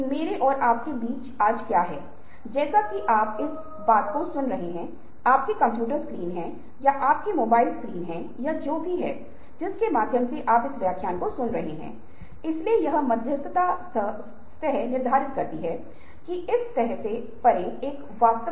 फिर यह प्रश्न आता है कि आप एक छात्र के रूप में अपनी आलोचनात्मक सोच को कैसे बेहतर बना सकते हैं